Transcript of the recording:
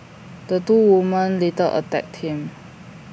the two women later attacked him